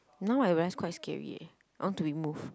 now I realise quite scary eh I want to remove